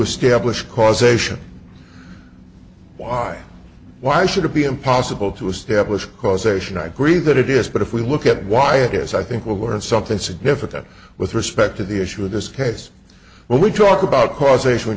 establish causation why why should it be impossible to establish causation i agree that it is but if we look at why it is i think we learned something significant with respect to the issue of this case when we talk about causation we